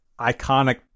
iconic